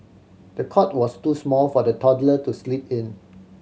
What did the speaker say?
the cot was too small for the toddler to sleep in